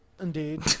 Indeed